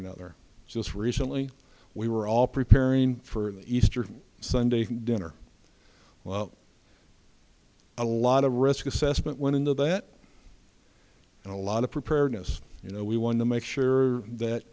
another just recently we were all preparing for easter sunday dinner well a lot of risk assessment went into that a lot of preparedness you know we want to make sure that